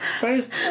first